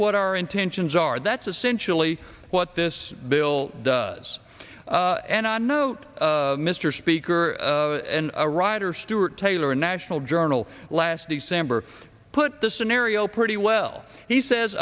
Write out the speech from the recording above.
what our intentions are that's essentially what this bill does and i note mr speaker and a writer stuart taylor national journal last december put the scenario pretty well he says